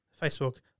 Facebook